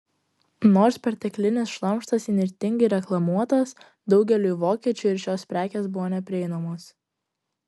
nors perteklinis šlamštas įnirtingai reklamuotas daugeliui vokiečių ir šios prekės buvo neprieinamos